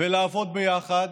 ולעבוד ביחד,